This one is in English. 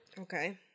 Okay